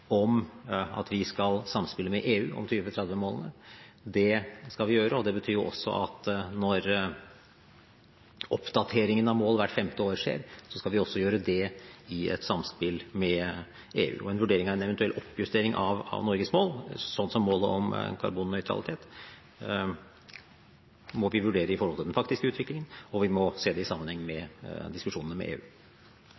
om at vi skal samspille med EU om 2030-målene. Det skal vi gjøre. Det betyr også at når oppdateringen av mål hvert femte år skjer, skal vi også gjøre det i et samspill med EU, og en eventuell oppjustering av Norges mål, slik som målet om karbonnøytralitet, må vi vurdere i forhold til den faktiske utviklingen, og vi må se det i sammenheng med diskusjonene med EU.